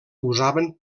usaven